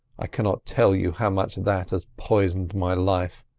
i cannot tell you how much that has poisoned my life,